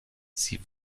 sie